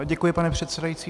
Děkuji, pane předsedající.